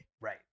Right